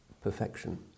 perfection